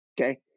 Okay